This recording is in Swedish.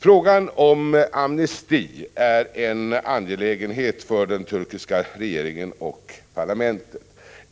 Frågan om amnesti är en angelägenhet för den turkiska regeringen och parlamentet.